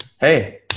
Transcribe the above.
hey